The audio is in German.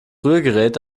rührgerät